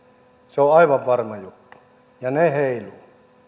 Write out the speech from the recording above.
se on aivan varma juttu ja ne heiluvat